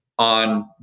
on